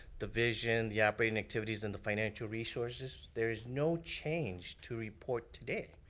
division, the operating activities, and the financial resources. there is no change to report today.